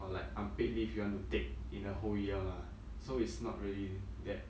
or like unpaid leave you want to take in a whole year lah so it's not really that